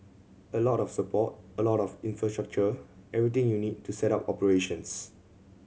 a lot of support a lot of infrastructure everything you need to set up operations